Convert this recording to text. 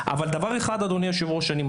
אבל דבר אחד, נחשוב